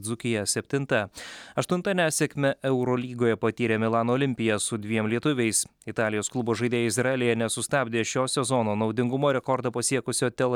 dzūkija septintą aštuntą nesėkmę eurolygoje patyrė milano olimpija su dviem lietuviais italijos klubo žaidėjai izraelyje nesustabdė šio sezono naudingumo rekordą pasiekusio tel